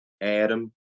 Adam